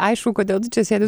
aišku kodėl tu čia sėdi